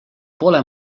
pole